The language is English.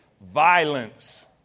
Violence